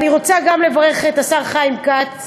אני רוצה גם לברך את השר חיים כץ